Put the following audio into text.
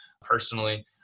personally